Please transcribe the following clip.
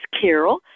Carol